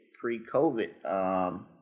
pre-COVID